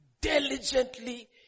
diligently